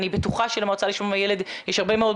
אני בטוחה שלמועצה לשלום הילד יש הרבה מאוד